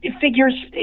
figures